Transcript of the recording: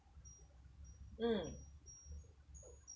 mm